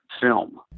film